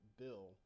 bill